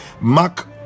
Mark